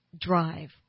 drive